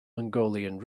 mongolian